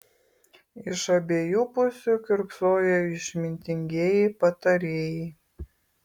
iš abiejų pusių kiurksojo išmintingieji patarėjai